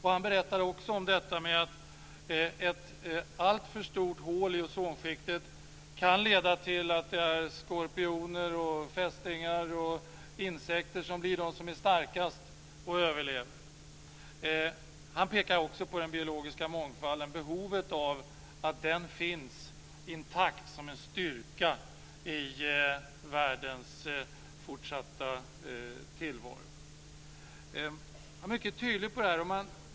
Han berättade också om detta att ett alltför stort hål i ozonskiktet kan leda till att det är skorpioner, fästingar och insekter som blir de som är starkast och som överlever. Han pekade också på den biologiska mångfalden, på behovet av att den finns intakt som en styrka i världens fortsatta tillvaro. Han var mycket tydlig på den här punkten.